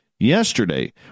Yesterday